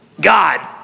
God